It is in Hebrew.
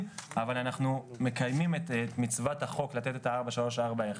אבל אנחנו מקיימים את מצוות החוק לתת את ה-4.341.